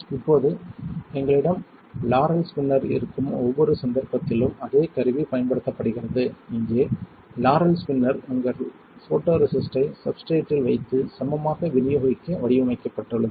இப்போது எங்களிடம் Laurell spinner இருக்கும் ஒவ்வொரு சந்தர்ப்பத்திலும் அதே கருவி பயன்படுத்தப்படுகிறது இங்கே லாரல் ஸ்பின்னர் உங்கள் போட்டோரெசிஸ்ட்டை சப்ஸ்ட்ரேட்டில் வைத்து சமமாக விநியோகிக்க வடிவமைக்கப்பட்டுள்ளது